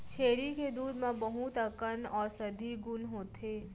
छेरी के दूद म बहुत अकन औसधी गुन होथे